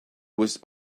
was